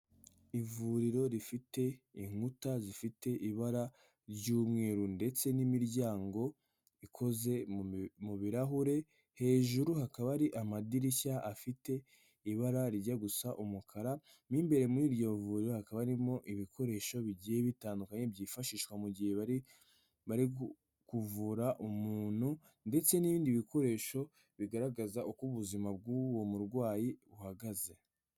Ivuriro rifite inkuta zifite ibara ry'umweru ndetse n'imiryango ikoze mu birahure, hejuru hakaba ari amadirishya afite ibara rijya gusa umukara, mu imbere muri iryo vuriro hakaba arimo ibikoresho bigiye bitandukanye, byifashishwa mu gihe bari bari kuvura umuntu ndetse n'ibindi bikoresho bigaragaza uko ubuzima bw'uwo murwayi buhagaze.